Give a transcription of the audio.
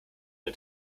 der